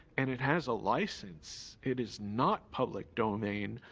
and it has a license. it is not public domain.